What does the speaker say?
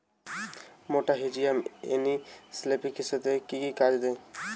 মেটাহিজিয়াম এনিসোপ্লি কৃষিতে কি কাজে দেয়?